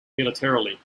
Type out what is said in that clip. militarily